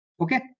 Okay